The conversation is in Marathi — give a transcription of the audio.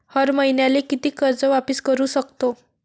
हर मईन्याले कितीक कर्ज वापिस करू सकतो?